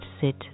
sit